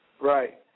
Right